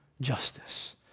justice